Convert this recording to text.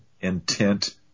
intent